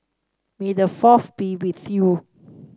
may the Fourth be with you